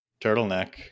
turtleneck